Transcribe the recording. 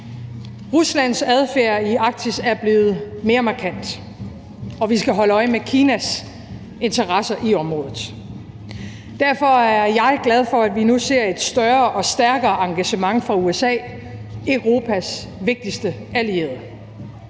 Ruslands adfærd i Arktis er blevet mere markant, og vi skal holde øje med Kinas interesser i området. Derfor er jeg glad for, at vi nu ser et større og stærkere engagement fra USA, Europas vigtigste allierede.